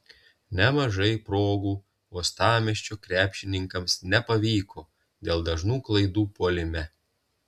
nemažai progų uostamiesčio krepšininkams nepavyko dėl dažnų klaidų puolime